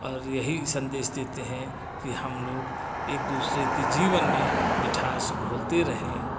और यही संदेश देते हैं कि हम लोग एक दूसरे की जीवन में मिठास घोलते रहें